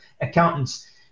accountants